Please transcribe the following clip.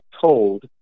told